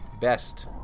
best